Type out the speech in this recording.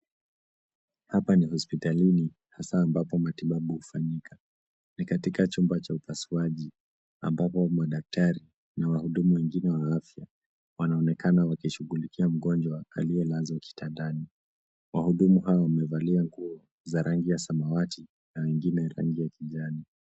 Hapa ni hospitalini, hasa ambapo matibabu hufanyika. Ni katika chumba cha upasuaji ambapo madaktari na wahudumu wengine wa afya wanaonekana wakishughulikia mgonjwa aliyelazwa kitandani. Wahudumu hawa wamevalia nguo za rangi ya samawati na wengine rangi ya kijani.